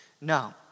No